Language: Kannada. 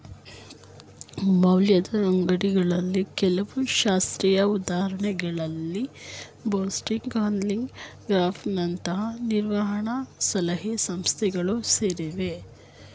ಮೌಲ್ಯದ ಅಂಗ್ಡಿಗಳ ಕೆಲವು ಶಾಸ್ತ್ರೀಯ ಉದಾಹರಣೆಗಳಲ್ಲಿ ಬೋಸ್ಟನ್ ಕನ್ಸಲ್ಟಿಂಗ್ ಗ್ರೂಪ್ ನಂತಹ ನಿರ್ವಹಣ ಸಲಹಾ ಸಂಸ್ಥೆಗಳು ಸೇರಿವೆ